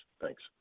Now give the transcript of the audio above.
Thanks